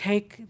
Take